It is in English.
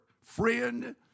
friend